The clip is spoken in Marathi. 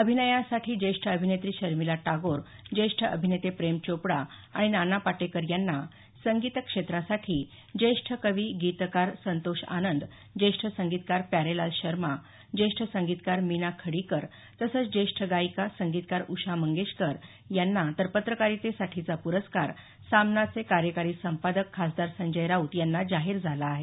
अभिनयासाठी ज्येष्ठ अभिनेत्री शर्मिला टागोर ज्येष्ठ अभिनेते प्रेम चोपडा आणि नाना पाटेकर यांना संगीत क्षेत्रासाठी ज्येष्ठ कवी गीतकार संतोष आनंद ज्येष्ठ संगीतकार प्यारेलाल शर्मा ज्येष्ठ संगीतकार मीना खडीकर तसंच ज्येष्ठ गायिका संगीतकार उषा मंगेशकर यांना तर पत्रकारितेसाठीचा पुरस्कार सामनाचे कार्यकारी संपादक खासदार संजय राऊत यांना जाहीर झाला आहे